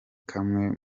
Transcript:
kamwe